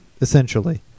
essentially